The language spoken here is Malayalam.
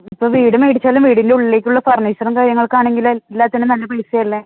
ഇപ്പോൾ വീട് മേടിച്ചാലും വീടിൻ്റെ ഉള്ളിലേക്കുള്ള ഫർണിച്ചറും കാര്യങ്ങൾക്കാണെങ്കിലും എല്ലാത്തിനും നല്ല പൈസയല്ലേ